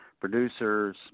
producers